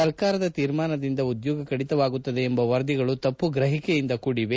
ಸರ್ಕಾರದ ತೀರ್ಮಾನದಿಂದ ಉದ್ಯೋಗ ಕಡಿತವಾಗುತ್ತದೆ ಎಂಬ ವರದಿಗಳು ತಪ್ಪು ಗ್ರಹಿಕೆ ಇಂದ ಕೂಡಿದೆ